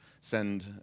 send